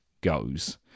goes